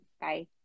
Bye